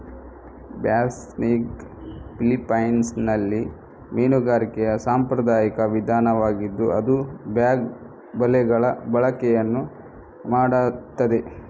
ಬಾಸ್ನಿಗ್ ಫಿಲಿಪೈನ್ಸಿನಲ್ಲಿ ಮೀನುಗಾರಿಕೆಯ ಸಾಂಪ್ರದಾಯಿಕ ವಿಧಾನವಾಗಿದ್ದು ಅದು ಬ್ಯಾಗ್ ಬಲೆಗಳ ಬಳಕೆಯನ್ನು ಮಾಡುತ್ತದೆ